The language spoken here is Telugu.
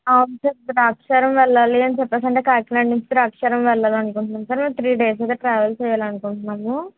అవును సార్ ద్రాక్షారం వెళ్ళాలని చెప్పేసి అంటే కాకినాడ నుంచి ద్రాక్షారం వెళ్ళాలని అనుకుంటున్నాము సార్ మేము త్రీ డేస్ అయితే ట్రావెల్ చేయాలని అనుకుంటున్నాము